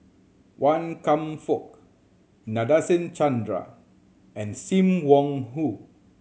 Wan Kam Fook Nadasen Chandra and Sim Wong Hoo